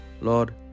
Lord